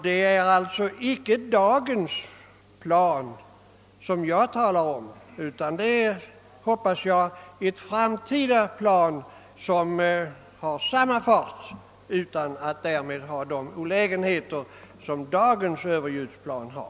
Det är alltså icke dagens plan som jag talar om, utan det är ett framtida plan som har samma fart utan att medföra de olägenheter som dagens överljudsplan vållar.